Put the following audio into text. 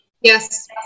Yes